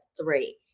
three